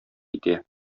китә